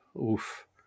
Oof